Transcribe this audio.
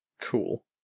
Cool